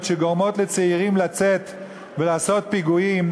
שגורמות לצעירים לצאת ולעשות פיגועים,